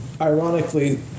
ironically